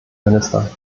minister